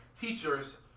teachers